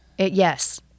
Yes